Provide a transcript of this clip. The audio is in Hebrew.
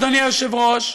אדוני היושב-ראש,